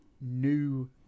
new